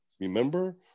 Remember